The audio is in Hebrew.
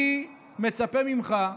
אני מצפה ממך,